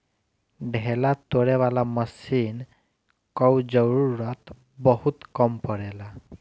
ढेला तोड़े वाला मशीन कअ जरूरत बहुत कम पड़ेला